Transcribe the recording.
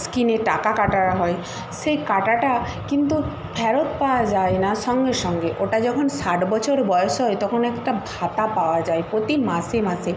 স্কিমে টাকা কাটা হয় সেই কাটাটা কিন্তু ফেরত পাওয়া যায় না সঙ্গে সঙ্গে ওটা যখন ষাট বছর বয়স হয় তখন একটা ভাতা পাওয়া যায় প্রতি মাসে মাসে